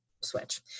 switch